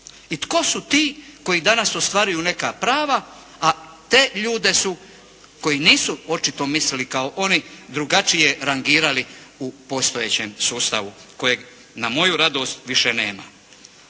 i tko su ti koji danas ostvaruju neka prava a te ljude su koji nisu očito mislili kao oni, drugačije rangirali u postojećem sustavu kojeg na moju radost više nema.